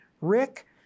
Rick